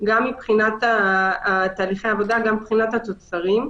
גם מבחינת תהליכי העבודה, גם מבחינת התוצרים.